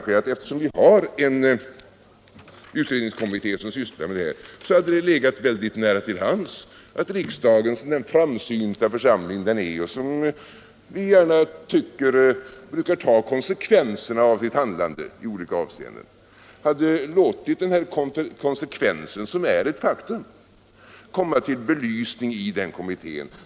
Eftersom vi har en utredningskommitté som sysslar med detta, anser jag kanske att det hade legat mycket nära till hands att riksdagen, som är en framsynt församling och som brukar ta konsekvenserna, som vi gärna tycker, av sitt handlande i olika avseenden, hade låtit den här konsekvensen, som är ett faktum, komma till belysning i den kommittén.